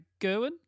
Gerwin